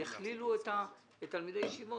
יכלילו את תלמידי הישיבות,